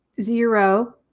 zero